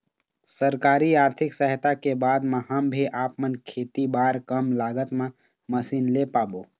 सरकारी आरथिक सहायता के बाद मा हम भी आपमन खेती बार कम लागत मा मशीन ले पाबो?